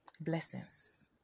Blessings